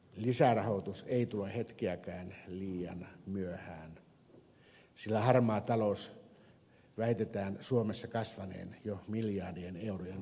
lisärahoitus ei tule hetkeäkään liian myöhään sillä harmaan talouden väitetään suomessa kasvaneen jo miljardien eurojen rosvoukseksi